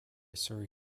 surry